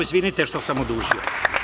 Izvinite što sam odužio.